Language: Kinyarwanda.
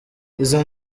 izo